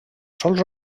sols